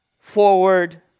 forward